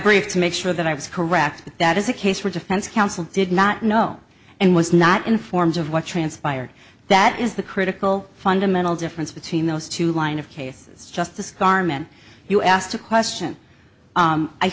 brief to make sure that i was correct that is a case where defense counsel did not know and was not informed of what transpired that is the critical fundamental difference between those two lines of cases just to scar men if you asked a question